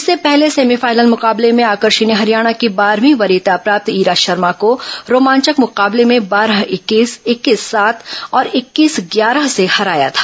इससे पहले सेमीफाइनल मुकाबले में आकर्षि ने हरियाणा की बारहवीं वरीयता प्राप्त ईरा शर्मा को रोमांचक मुकाबले में बारह इक्कीस इक्कीस सात और इक्कीस ग्यारह से हराया था